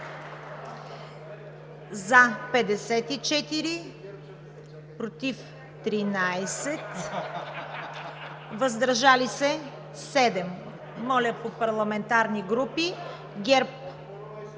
за 55, против 13, въздържали се 7. По парламентарни групи: